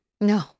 No